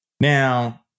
Now